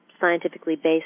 scientifically-based